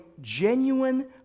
genuine